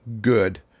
good